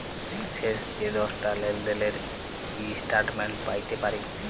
শেষ যে দশটা লেলদেলের ইস্ট্যাটমেল্ট প্যাইতে পারি